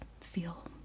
feel